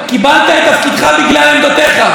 קיבלת את תפקידך בגלל עמדותיך.